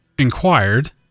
inquired